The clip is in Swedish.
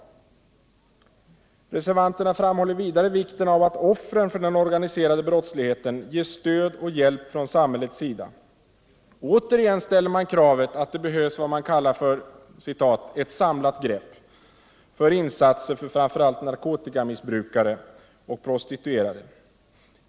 Reservanterna framhåller vidare vikten av att offren för den organiserade brottsligheten ges stöd och hjälp från samhällets sida. Återigen ställer man kravet på vad man kallar för ”ett samlat grepp” för insatser för framför allt narkotikamissbrukare och prostituerade.